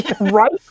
right